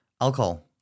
Alcohol